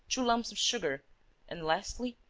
two lumps of sugar and, lastly,